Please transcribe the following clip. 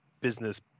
business